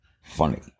funny